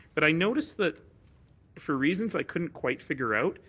but i notice that for reasons i couldn't quite figure out,